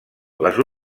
les